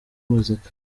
muzika